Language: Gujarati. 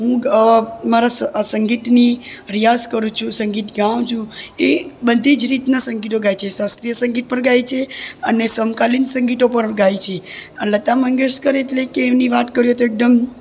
હું મારા સંગીતની રિયાઝ કરું છું સંગીત ગાઉં છું એ બધી જ રીતના સંગીતો ગાય છે શાસ્ત્રીય સંગીત પણ ગાય છે અને સમકાલિન સંગીતો પણ ગાય છે અને લતા મંગેશકર એટલે કે એમની વાત કરીએ તો એકદમ